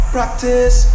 Practice